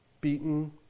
beaten